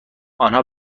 انها